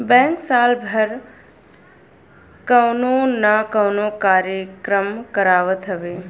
bank साल भर कवनो ना कवनो कार्यक्रम करावत हवे